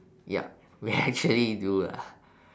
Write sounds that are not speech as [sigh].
ya we [laughs] actually do lah